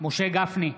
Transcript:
משה גפני,